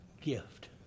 gift